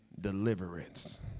deliverance